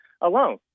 alone